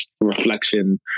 reflection